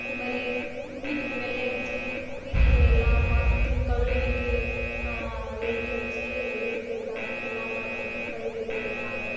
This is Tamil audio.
இந்தமாதிரி வீட்டுக்கு வெள்ளை அடிச்சு வீட்டில் இருக்கிற எல்லா பாத்திரத்தையும் கழுவிவிட்டு எடுத்து வச்சு எடுத்து வைப்பாங்க எல்லா பாத்திரத்தையும் கழுவி எடுத்து வைப்பாங்க